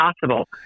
possible